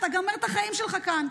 אתה גומר את החיים שלך כאן.